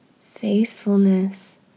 faithfulness